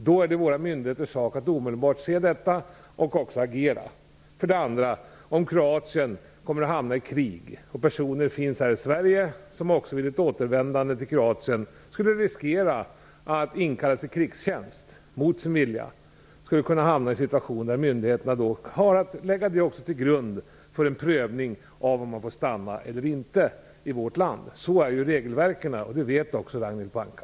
Då är det våra myndigheters sak att omedelbart se detta och att agera. Om Kroatien hamnar i krig och det finns personer här i Sverige som vid ett återvändande till Kroatien skulle riskera att inkallas i krigstjänst mot sin vilja, skulle vi kunna hamna i en situation där myndigheterna har att lägga också det till grund för en prövning av om dessa människor får stanna eller inte i vårt land. Så är regelverken, och det vet också Ragnhild Pohanka.